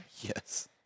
Yes